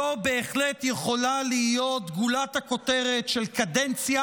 זאת בהחלט יכולה להיות גולת הכותרת של קדנציה